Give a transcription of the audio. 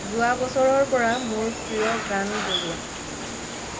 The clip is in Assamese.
যোৱা বছৰৰপৰা মোৰ প্ৰিয় গান বজোৱা